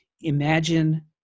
imagine